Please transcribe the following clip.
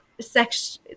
sex